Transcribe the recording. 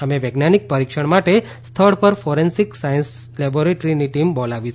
અમે વૈજ્ઞાનિક પરીક્ષણ માટે સ્થળ પર ફોરેન્સિક સાયન્સ લેબોરેટરીની ટીમને બોલાવી છે